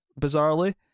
Bizarrely